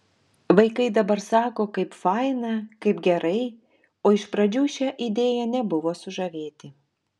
vaikai dabar sako kaip faina kaip gerai o iš pradžių šia idėja nebuvo sužavėti